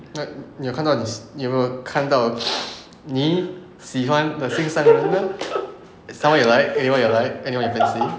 那你有看到你喜你有看到 你喜欢的心上人呢 someone you like anyone you like anyone you fancy